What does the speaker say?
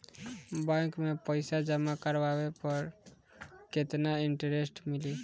Bank में पईसा जमा करवाये पर केतना इन्टरेस्ट मिली?